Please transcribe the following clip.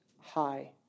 High